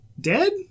dead